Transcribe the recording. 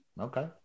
okay